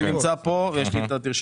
אני נמצא פה ויש לי את התרשומות.